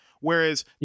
Whereas